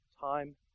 time